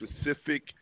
specific